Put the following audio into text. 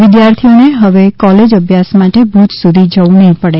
વિદ્યાર્થીઓને હવે કોલેજ અભ્યાસ માટે ભૂજ સુધી જવું નહીં પડે